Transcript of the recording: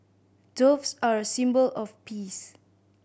doves are a symbol of peace